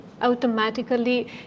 automatically